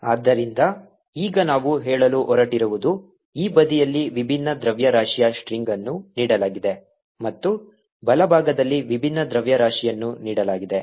ಆದ್ದರಿಂದ ಈಗ ನಾವು ಹೇಳಲು ಹೊರಟಿರುವುದು ಈ ಬದಿಯಲ್ಲಿ ವಿಭಿನ್ನ ದ್ರವ್ಯರಾಶಿಯ ಸ್ಟ್ರಿಂಗ್ ಅನ್ನು ನೀಡಲಾಗಿದೆ ಮತ್ತು ಬಲಭಾಗದಲ್ಲಿ ವಿಭಿನ್ನ ದ್ರವ್ಯರಾಶಿಯನ್ನು ನೀಡಲಾಗಿದೆ